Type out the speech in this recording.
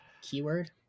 keyword